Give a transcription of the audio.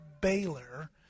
Baylor